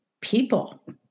people